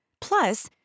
Plus